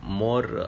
more